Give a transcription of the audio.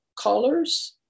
colors